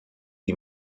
die